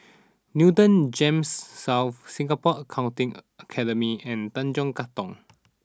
Newton Gems South Singapore Accountancy Academy and Tanjong Katong